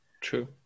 True